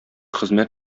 хезмәт